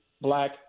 black